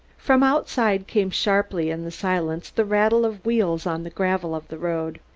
from outside came sharply in the silence the rattle of wheels on the gravel of the road,